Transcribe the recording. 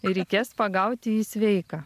ir reikės pagauti jį sveiką